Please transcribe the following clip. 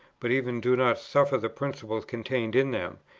but even do not suffer the principles contained in them,